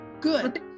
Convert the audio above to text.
Good